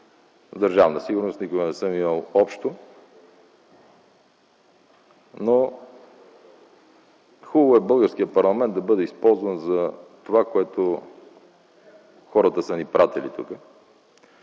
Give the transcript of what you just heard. Държавна сигурност никога не съм имал общо. Но хубаво е българският парламент да бъде използван за това, за което хората са ни пратили тук.